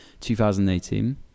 2018